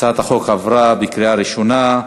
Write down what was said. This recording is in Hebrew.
הצעת החוק עברה בקריאה ראשונה,